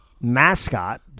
mascot